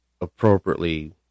appropriately